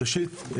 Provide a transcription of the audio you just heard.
ראשית,